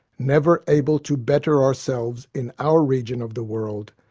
never able to better ourselves in our region of the world,